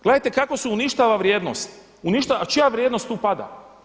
Gledajte kako se uništava vrijednost, a čija vrijednost tu pada?